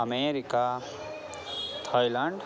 America Thailand